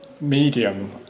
medium